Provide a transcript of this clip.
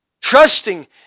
Trusting